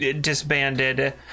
disbanded